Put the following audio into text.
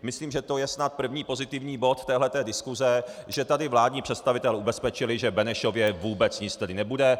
Myslím, že to je snad první pozitivní bod téhle diskuse, že tady vládní představitelé ubezpečili, že v Benešově vůbec nic tedy nebude.